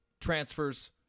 transfers